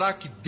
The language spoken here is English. que